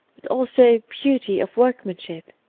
but also beauty of workmanshi.